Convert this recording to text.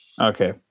Okay